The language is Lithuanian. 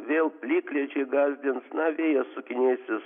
vėl plikledžiai gąsdins na vėjas sukinėsis